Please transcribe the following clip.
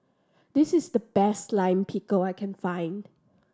this is the best Lime Pickle I can find